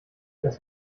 das